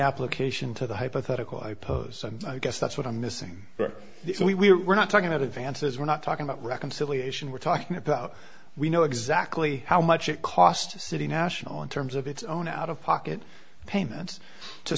application to the hypothetical i pose and i guess that's what i'm missing but we were not talking about advances we're not talking about reconciliation we're talking about we know exactly how much it costs to city national in terms of its own out of pocket payments to